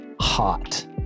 hot